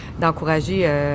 d'encourager